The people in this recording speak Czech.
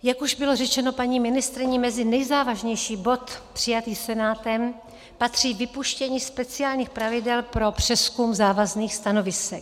Jak už bylo řečeno paní ministryní, mezi nejzávažnější bod přijatý Senátem patří vypuštění speciálních pravidel pro přezkum závazných stanovisek.